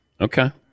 Okay